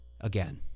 again